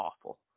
awful